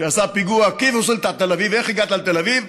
שעשה פיגוע: איך הגעת לתל אביב?